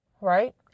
right